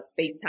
FaceTime